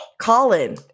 Colin